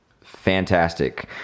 fantastic